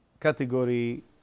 category